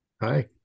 Hi